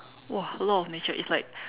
!wah! a lot of nature it's like